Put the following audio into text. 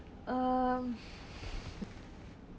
um